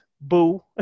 boo